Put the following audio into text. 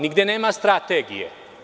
Nigde nema strategije.